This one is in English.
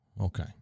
Okay